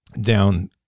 down